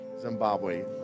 Zimbabwe